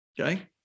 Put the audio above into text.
Okay